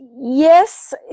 Yes